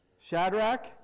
Shadrach